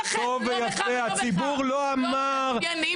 הציבור אמר: לא מעוניינים בכם,